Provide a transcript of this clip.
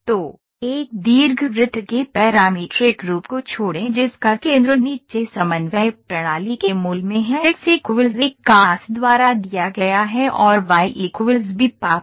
तो एक दीर्घवृत्त के पैरामीट्रिक रूप को छोड़ें जिसका केंद्र नीचे समन्वय प्रणाली के मूल में है x एक cos α द्वारा दिया गया है Ф और वाई बी पाप Ф